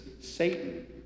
Satan